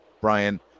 brian